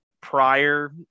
prior –